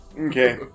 Okay